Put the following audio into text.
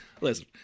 Listen